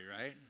right